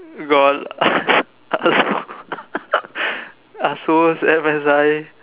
got